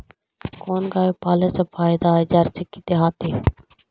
कोन गाय पाले मे फायदा है जरसी कि देहाती?